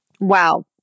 wow